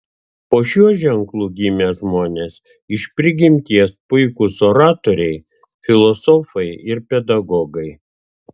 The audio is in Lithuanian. po šiuo ženklu gimę žmonės iš prigimties puikūs oratoriai filosofai ir pedagogai